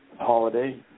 holiday